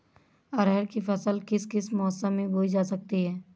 अरहर की फसल किस किस मौसम में बोई जा सकती है?